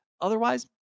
Otherwise